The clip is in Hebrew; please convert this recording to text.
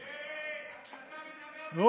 אין.